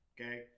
Okay